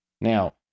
Now